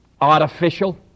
artificial